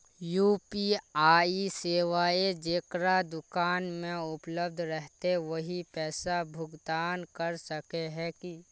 UPI सेवाएं जेकरा दुकान में उपलब्ध रहते वही पैसा भुगतान कर सके है की?